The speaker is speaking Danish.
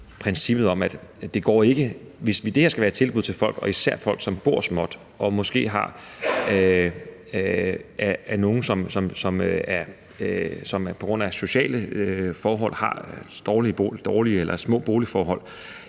Hvis det her skal være et tilbud til folk, især folk, som bor småt, og som måske på grund af sociale forhold har dårlige eller små boligforhold,